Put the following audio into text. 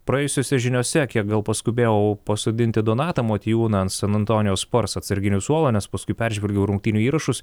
praėjusiose žiniose kiek gal paskubėjau pasodinti donatą motiejūną ant san antonijaus spars atsarginių suolą nes paskui peržvelgiau rungtynių įrašus